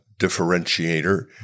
differentiator